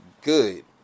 good